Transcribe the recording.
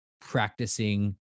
practicing